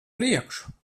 priekšu